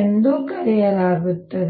ಎಂದು ಕರೆಯಲಾಗುತ್ತದೆ